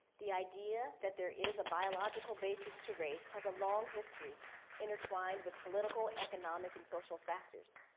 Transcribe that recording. the idea that there is a biological basis to race has a long history intertwined with political, economic and social factors.